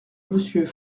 monsieur